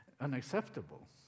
unacceptable